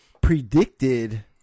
predicted